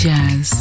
Jazz